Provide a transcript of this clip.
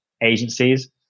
agencies